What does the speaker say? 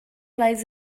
lays